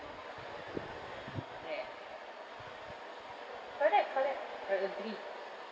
ya correct correct probably